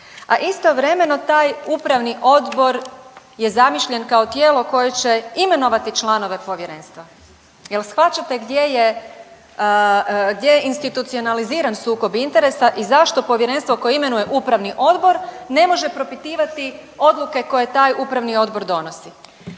a istovremeno taj upravni odbor je zamišljen kao tijelo koje će imenovati članove povjerenstva. Jel shvaćate gdje je institucionaliziran sukob interesa i zašto povjerenstvo koje imenuje upravni odbor ne može propitivati odluke koje taj upravni odbor donosi?